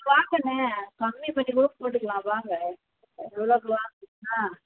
நீ வா கண்ணு கம்மி பண்ணி கூட போட்டுக்கலாம் வாங்க அது எவ்வளோ கிலோ ஆ